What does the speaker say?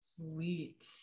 Sweet